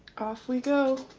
off we go